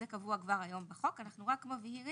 זה קבוע כבר היום בחוק, אנחנו רק מבהירים